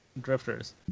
Drifters